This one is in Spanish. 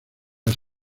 has